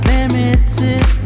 Limited